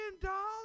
dollars